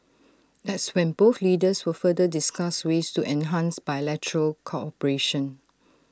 that's when both leaders will further discuss ways to enhance bilateral cooperation